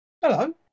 hello